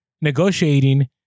negotiating